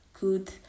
good